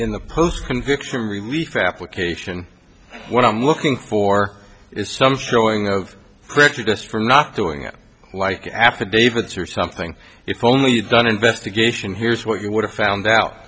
in the post conviction relief application what i'm looking for is some showing of prejudice for not doing it like affidavits or something if only the un investigation here's what you would have found out